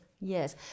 Yes